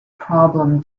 problem